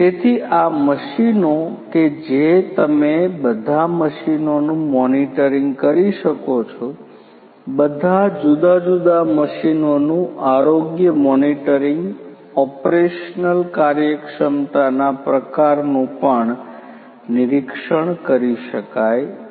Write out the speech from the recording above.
તેથી આ મશીનો કે જે તમે બધા મશીનોનું મોનિટરિંગ કરી શકો છો બધા જુદા જુદા મશીનોનું આરોગ્ય મોનિટરિંગ ઓપરેશનલ કાર્યક્ષમતાના પ્રકારનું પણ નિરીક્ષણ કરી શકાય છે